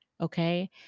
Okay